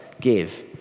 give